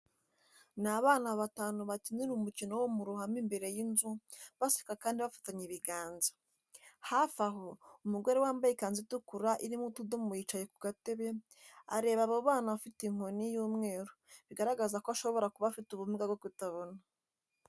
Ni abana batanu bakinira umukino wo mu ruhame imbere y’inzu, baseka kandi bafatanye ibiganza. Hafi aho, umugore wambaye ikanzu itukura irimo utudomo yicaye ku gatebe, areba abo bana afite inkoni y’umweru, bigaragaza ko ashobora kuba afite ubumuga bwo kutabona.